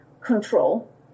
control